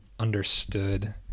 understood